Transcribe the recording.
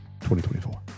2024